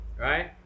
Right